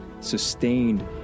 sustained